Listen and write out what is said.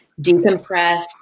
decompress